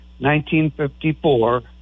1954